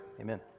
amen